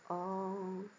orh